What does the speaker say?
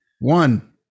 One